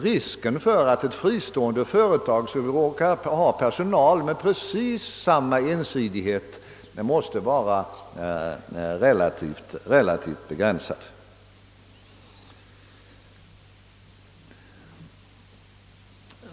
Risken för att ett fristående företag skulle råka ha personal med precis samma ensidighet måste vara relativt begränsad.